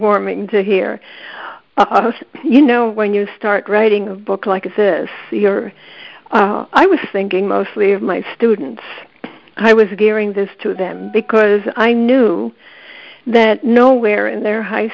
warming to hear you know when you start writing a book like this here i was thinking mostly of my students i was gearing this to them because i knew that nowhere in their high